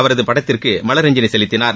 அவரது படத்திற்கு மரலஞ்சலி செலுத்தினார்